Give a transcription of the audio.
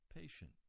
patient